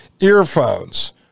earphones